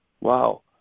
Wow